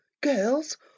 girls